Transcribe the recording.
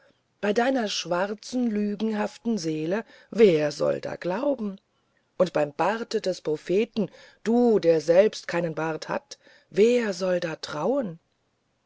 bei deiner schwarzen lügenhaften seele wer soll da glauben und beim bart des propheten du der du selbst keinen bart hast wer soll da trauen